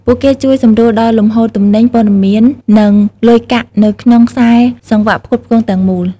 ពួកគេជួយសម្រួលដល់លំហូរទំនិញ ព័ត៌មាន និងលុយកាក់នៅក្នុងខ្សែសង្វាក់ផ្គត់ផ្គង់ទាំងមូល។